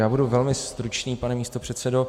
Já budu velmi stručný, pane místopředsedo.